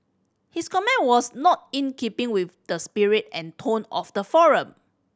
his comment was not in keeping with the spirit and tone of the forum